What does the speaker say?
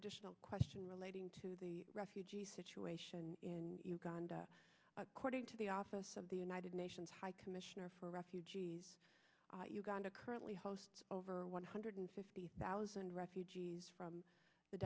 additional question relating to the refugee situation in uganda according to the office of the united nations high commissioner for refugees uganda currently hosts over one hundred fifty thousand refugees from the